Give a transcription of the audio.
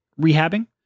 rehabbing